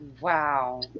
Wow